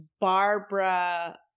Barbara